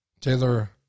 Taylor